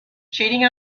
cheating